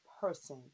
person